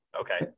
okay